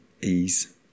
ease